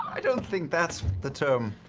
i don't think that's the term